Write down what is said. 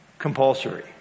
compulsory